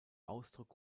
ausdruck